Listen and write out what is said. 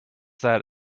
that